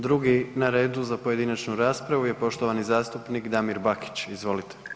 Drugi na redu za pojedinačnu raspravu je poštovani zastupnik Damir Bakić, izvolite.